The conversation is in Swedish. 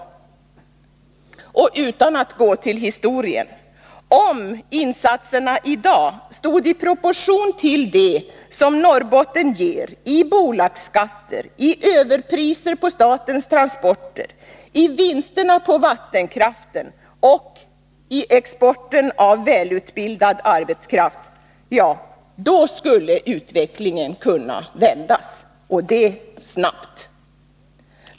Och utan att gå till historien: Om insatserna i dag stod i proportion till det som Norrbotten ger i bolagsskatter, överpriser på statens transporter, vinsterna på vattenkraften och exporten av välutbildad arbetskraft, ja, då skulle utvecklingen kunna vändas, och det snabbt.